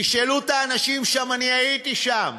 תשאלו את האנשים שם, אני הייתי שם.